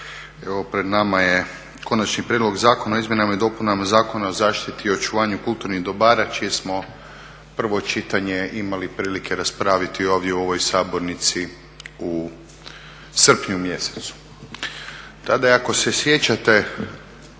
Pred nama je Konačni prijedlog zakona o izmjenama i dopunama Zakona o zaštiti i očuvanju kulturnih dobara čije smo prvo čitanje imali prilike raspraviti ovdje u ovoj sabornici u srpnju mjesecu. Tada je ako se sjećate